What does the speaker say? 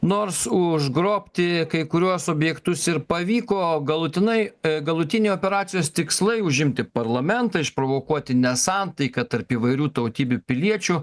nors užgrobti kai kuriuos objektus ir pavyko galutinai galutiniai operacijos tikslai užimti parlamentą išprovokuoti nesantaiką tarp įvairių tautybių piliečių